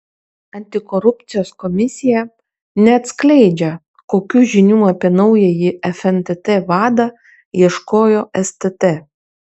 antikorupcijos komisija neatskleidžia kokių žinių apie naująjį fntt vadą ieškojo stt